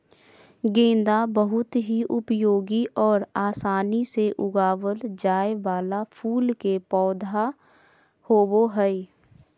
गेंदा बहुत ही उपयोगी और आसानी से उगावल जाय वाला फूल के पौधा होबो हइ